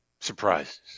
surprises